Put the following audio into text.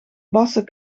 bassen